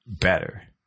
better